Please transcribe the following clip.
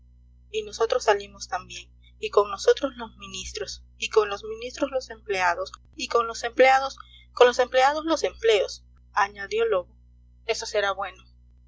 y nosotros salimos también y con nosotros los ministros y con los ministros los empleados y con los empleados con los empleados los empleos añadió lobo eso será bueno